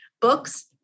books